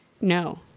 no